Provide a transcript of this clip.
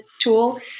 tool